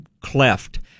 cleft